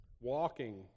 walking